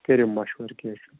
کٔرو مَشورٕ کیٚنہہ چھُنہٕ